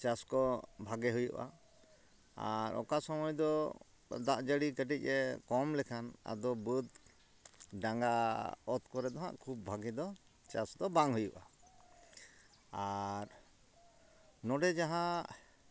ᱪᱟᱥᱠᱚ ᱵᱷᱟᱜᱮ ᱦᱩᱭᱩᱜᱼᱟ ᱟᱨ ᱚᱠᱟ ᱥᱚᱢᱚᱭᱫᱚ ᱫᱟᱜ ᱡᱟᱹᱲᱤ ᱠᱟᱹᱴᱤᱡᱼᱮ ᱠᱚᱢ ᱞᱮᱠᱷᱟᱱ ᱟᱫᱚ ᱵᱟᱹᱫᱽ ᱰᱟᱸᱜᱟ ᱚᱛ ᱠᱚᱨᱮᱫᱚᱼᱦᱟᱜ ᱠᱷᱩᱵ ᱵᱷᱟᱜᱮᱫᱚ ᱪᱟᱥᱫᱚ ᱵᱟᱝ ᱦᱩᱭᱩᱜᱼᱟ ᱟᱨ ᱱᱚᱰᱮ ᱡᱟᱦᱟᱸ